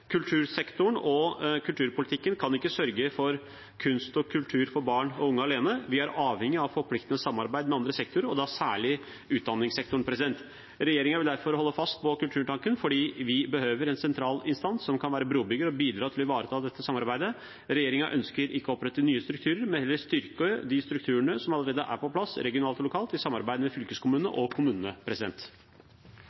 Kultursektoren og kulturpolitikken kan ikke alene sørge for kunst og kultur for barn og unge. Vi er avhengige av et forpliktende samarbeid med andre sektorer, og da særlig utdanningssektoren. Regjeringen vil derfor holde fast på Kulturtanken fordi vi behøver en sentral instans som kan være brobygger og bidra til å ivareta dette samarbeidet. Regjeringen ønsker ikke å opprette nye strukturer, men heller styrke de strukturene som allerede er på plass regionalt og lokalt, i samarbeid med fylkeskommunene